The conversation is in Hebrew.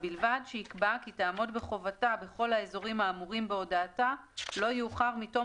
ובלבד שיקבע כי תעמוד בחובתה בכל האזורים האמורים בהודעתה לא יאוחר מתום